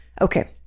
Okay